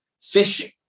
fishing